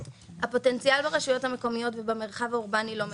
הפוטנציאל ברשויות המקומיות ובמרחב האורבני לא מנוצל.